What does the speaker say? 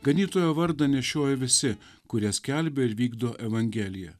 ganytojo vardą nešioja visi kurie skelbia ir vykdo evangeliją